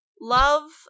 love